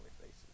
faces